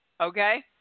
okay